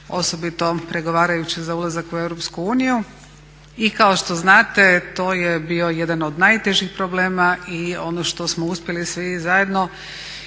osobito pregovarajući za ulazak u EU. I kao što znate to je bio jedan od najtežih problema i ono što smo uspjeli svi zajedno